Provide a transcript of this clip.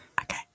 okay